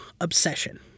obsession